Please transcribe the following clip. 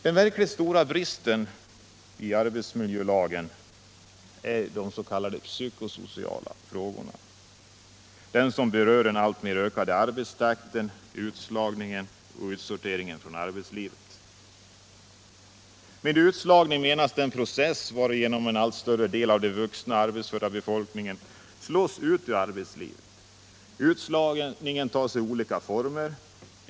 Den verkligt stora bristen i förslaget till arbetsmiljölag är de s.k. psykosociala frågorna, de frågor som berör den alltmer ökande arbetstakten, utslagningen och utsorteringen från arbetslivet. Med utslagning menas den process varigenom en allt större del av den vuxna arbetsföra befolkningen slås ut ur arbetslivet. Utslagningen kan ta sig olika former.